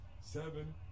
Seven